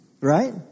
Right